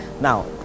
Now